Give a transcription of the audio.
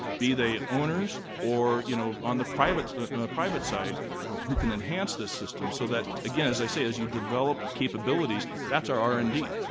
be they owners, or, you know, on the private the private side who can enhance this system so that again as i say, as you develop capabilities, that's our r and d.